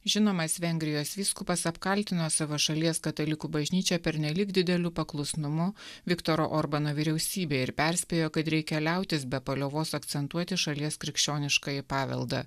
žinomas vengrijos vyskupas apkaltino savo šalies katalikų bažnyčią pernelyg dideliu paklusnumu viktoro orbano vyriausybei ir perspėjo kad reikia liautis be paliovos akcentuoti šalies krikščioniškąjį paveldą